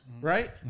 Right